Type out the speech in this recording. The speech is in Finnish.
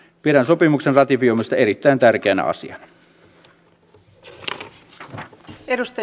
pidän sopimuksen ratifioimista erittäin tärkeänä asiana